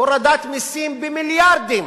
הורדת מסים במיליארדים